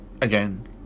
again